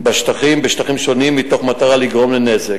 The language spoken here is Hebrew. לישראל בשטחים שונים, מתוך מטרה לגרום נזק.